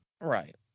right